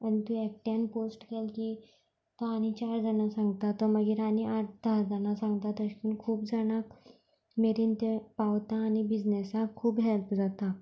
आनी थंय एकट्यान पोस्ट केलें की तो आनी चार जाणां सांगता तो मागीर आनी आठ धा जाणां सांगता तशें करून खूब जाणांक मेरेन तें पावता आनी बिझनॅसाक खूब हॅल्प जाता